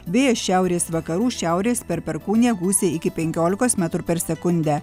vėjas šiaurės vakarų šiaurės per perkūniją gūsiai iki penkiolikos metrų per sekundę